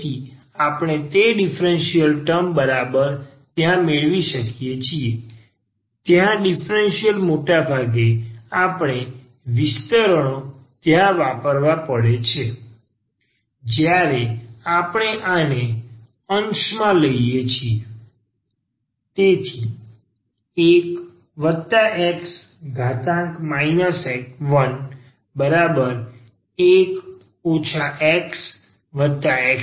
તેથી આપણે તે ડીફરન્સીયલ ટર્મ બરાબર ત્યાં મેળવી શકીએ છીએ ત્યાં ડીફરન્સીયલ મોટે ભાગે આપણે આ વિસ્તરણો ત્યાં વાપરવા પડે છે જ્યારે આપણે આને અંશમાં લઈએ છીએ